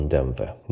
Denver